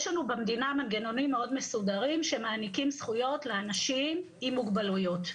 יש לנו במדינה מנגנונים מסודרים שמעניקים זכויות לאנשים עם מוגבלויות.